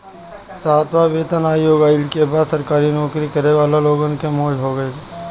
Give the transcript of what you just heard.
सातवां वेतन आयोग आईला के बाद सरकारी नोकरी करे वाला लोगन के मौज हो गईल